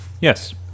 Yes